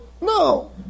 No